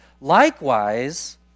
Likewise